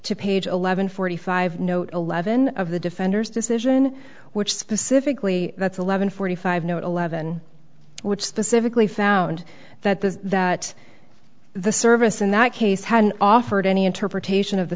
to page eleven forty five note eleven of the defender's decision which specifically that's eleven forty five no eleven which the civically found that the that the service in that case hadn't offered any interpretation of the